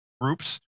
groups